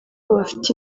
bafite